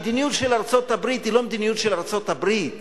המדיניות של ארצות-הברית היא לא המדיניות של ארצות-הברית,